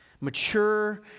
mature